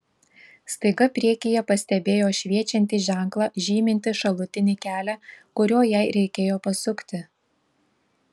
staiga priekyje pastebėjo šviečiantį ženklą žymintį šalutinį kelią kuriuo jai reikėjo pasukti